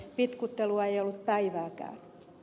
vitkuttelua ei ollut päivääkään